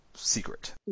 secret